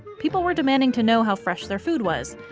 people were demanding to know how fresh their food was.